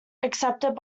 accepted